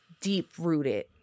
deep-rooted